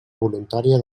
voluntària